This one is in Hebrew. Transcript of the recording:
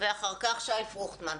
ואחר כך שי פרוכטמן.